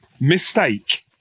Mistake